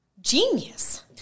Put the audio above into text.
genius